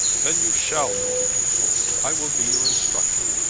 then you shall know the blue posts. i will be your instructor.